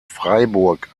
freiburg